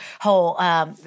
whole—